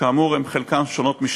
שכאמור חלקן שונות משלי.